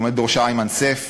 שעומד בראשה איימן סייף,